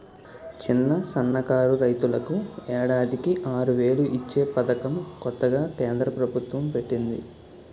చిన్న, సన్నకారు రైతులకు ఏడాదికి ఆరువేలు ఇచ్చే పదకం కొత్తగా కేంద్ర ప్రబుత్వం పెట్టింది